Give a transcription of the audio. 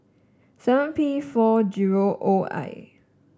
seven P four zero O I